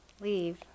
leave